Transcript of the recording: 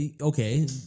okay